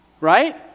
Right